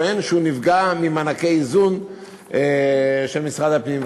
טוען שהוא נפגע ממענקי איזון של משרד הפנים.